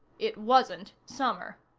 it wasn't summer.